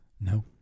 No